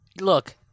look